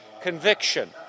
conviction